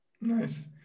Nice